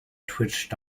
twitched